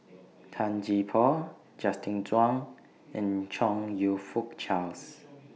Tan Gee Paw Justin Zhuang and Chong YOU Fook Charles